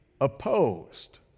opposed